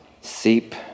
seep